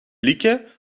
lieke